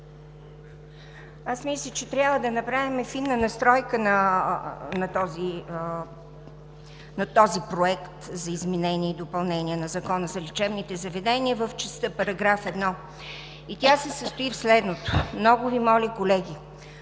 Мисля, че трябва да направим фина настройка на този проект за изменение и допълнение на Закона за лечебните заведения в частта § 1. Тя се състои в следното – много Ви моля, колеги,